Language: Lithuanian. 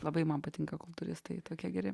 labai man patinka kultūristai jie tokie geri